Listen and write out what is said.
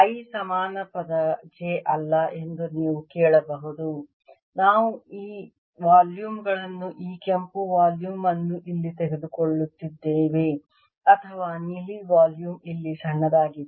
i ಸಮಾನ ಪದ j ಅಲ್ಲ ಎಂದು ನೀವು ಕೇಳಬಹುದು ನಾವು ಈ ವಾಲ್ಯೂಮ್ ಗಳನ್ನು ಈ ಕೆಂಪು ವಾಲ್ಯೂಮ್ ಅನ್ನು ಇಲ್ಲಿ ತೆಗೆದುಕೊಳ್ಳುತ್ತಿದ್ದೇವೆ ಅಥವಾ ನೀಲಿ ವಾಲ್ಯೂಮ್ ಇಲ್ಲಿ ಸಣ್ಣದಾಗಿದೆ